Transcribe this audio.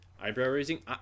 eyebrow-raising